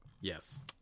Yes